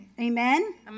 Amen